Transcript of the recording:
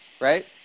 Right